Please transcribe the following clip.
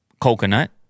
coconut